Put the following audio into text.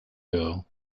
girl